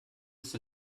ist